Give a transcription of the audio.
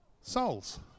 souls